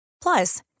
Plus